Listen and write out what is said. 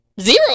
Zero